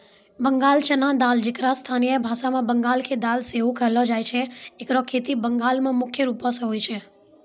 बंगाल चना दाल जेकरा स्थानीय भाषा मे बंगाल के दाल सेहो कहलो जाय छै एकरो खेती बंगाल मे मुख्य रूपो से होय छै